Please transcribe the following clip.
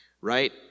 right